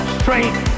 strength